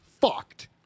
fucked